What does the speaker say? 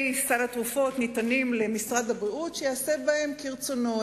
סל התרופות ניתנים למשרד הבריאות שיעשה בהם כרצונו.